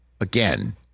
again